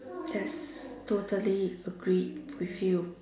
yes totally agreed with you